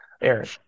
Aaron